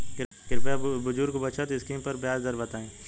कृपया बुजुर्ग बचत स्किम पर ब्याज दर बताई